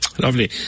Lovely